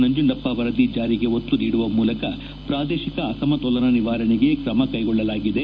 ನಂಜುಂಡಪ್ಪ ವರದಿ ಜಾರಿಗೆ ಒತ್ತು ನೀಡುವ ಮೂಲಕ ಪ್ರಾದೇಶಿಕ ಅಸಮತೋಲನ ನಿವಾರಣೆಗೆ ಕ್ರಮ ಕೈಗೊಳ್ಳಲಾಗಿದೆ